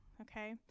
okay